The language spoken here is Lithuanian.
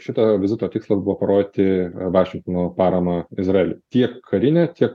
šito vizito tikslas buvo parodyti vašingtono paramą izraeliui tiek karinę tiek